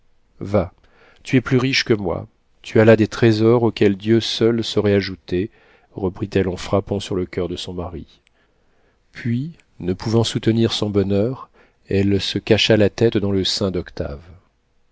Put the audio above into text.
va tu es plus riche que moi tu as là des trésors auxquels dieu seul saurait ajouter reprit-elle en frappant sur le coeur de son mari puis ne pouvant soutenir son bonheur elle se cacha la tête dans le sein d'octave